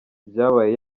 ibyabaye